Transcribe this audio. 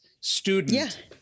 student